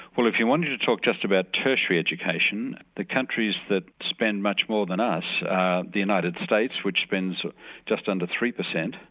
well if you wanted to talk just about tertiary education the countries that spend much more than us are the united states, which spends just under three percent,